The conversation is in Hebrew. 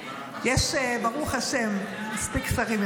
--- יש, ברוך השם, מספיק שרים.